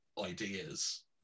ideas